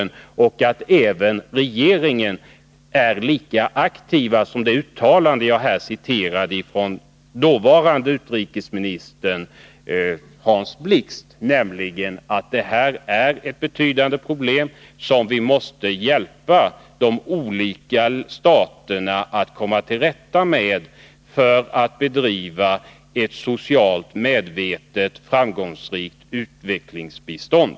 Man får också förutsätta att regeringen handlar så aktivt som motiveras av det uttalande av dåvarande utrikesministern Hans Blix som jag här noterade. Då klargjordes det att betydande problem föreligger på detta område, problem som vi måste hjälpa de olika staterna att komma till rätta med för att kunna bedriva ett socialt medvetet och framgångsrikt utvecklingsbistånd.